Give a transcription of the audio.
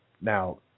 now